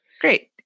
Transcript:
great